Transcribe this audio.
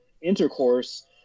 intercourse